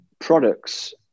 products